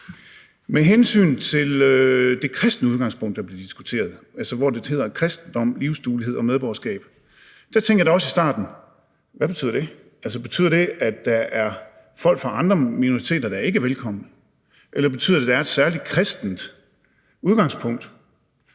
Med hensyn til det kristne udgangspunkt, der bliver diskuteret, altså hvor det hedder kristendom, livsduelighed og medborgerskab, tænkte jeg da også i starten: Hvad betyder det? Betyder det, at der er folk fra andre minoriteter, der ikke er velkomne? Eller betyder det, at der er et særligt kristent udgangspunkt?